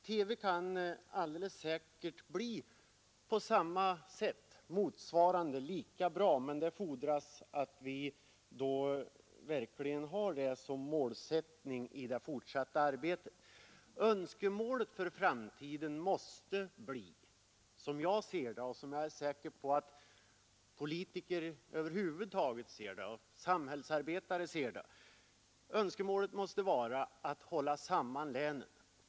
TV kan alldeles säkert bli lika bra, men det fordras att vi då verkligen har det som målsättning i det fortsatta arbetet. Önskemålet för framtiden måste — som jag ser det och som jag är säker på att politiker över huvud taget och samhällsarbetare ser det — vara att hålla samman länen.